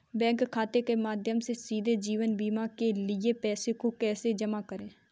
Bank खाते के माध्यम से सीधे जीवन बीमा के लिए पैसे को कैसे जमा करें?